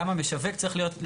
גם המשווק צריך להיות,